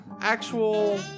actual